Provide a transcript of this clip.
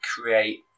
create